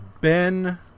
Ben